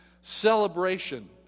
Celebration